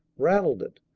rattled it,